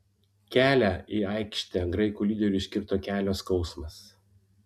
kelią į aikštę graikų lyderiui užkirto kelio skausmas